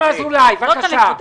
זאת הנקודה.